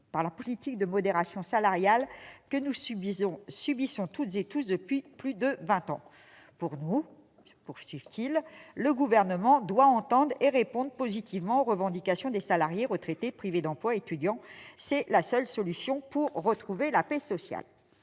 par la politique de modération salariale que nous subissons toutes et tous depuis plus de vingt ans. [...] Pour nous, le Gouvernement doit entendre et répondre positivement aux revendications des salariés, retraités, privés d'emploi, étudiants. C'est la seule solution pour retrouver la paix sociale.